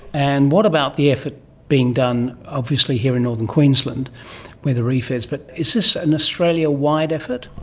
and what about the effort being done obviously here in northern queensland where the reef is? but is this an australia-wide effort?